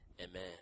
Amen